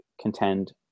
contend